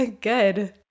Good